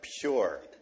pure